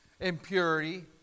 impurity